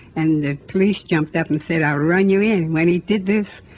and the police jumped up and said, i'll run you in. when he did this,